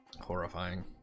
Horrifying